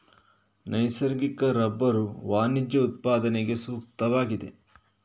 ನೈಸರ್ಗಿಕ ರಬ್ಬರು ವಾಣಿಜ್ಯ ಉತ್ಪಾದನೆಗೆ ಸೂಕ್ತವಾಗಿದೆ